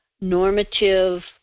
normative